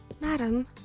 Madam